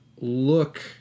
look